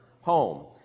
home